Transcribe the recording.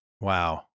Wow